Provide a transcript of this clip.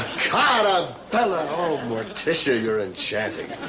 ah and bella! oh, morticia, you're enchanting.